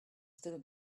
still